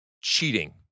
cheating